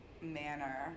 manner